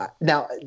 Now